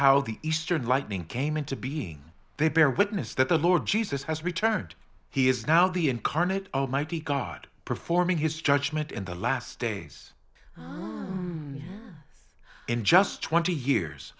how the eastern lightning came into being they bear witness that the lord jesus has returned he is now the incarnate oh mighty god performing his judgement in the last days in just twenty years